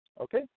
okay